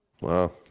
Wow